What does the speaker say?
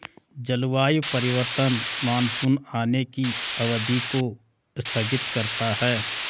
जलवायु परिवर्तन मानसून आने की अवधि को स्थगित करता है